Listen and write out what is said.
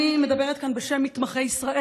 אני מדברת כאן בשם מתמחי ישראל.